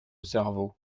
cerveau